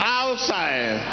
outside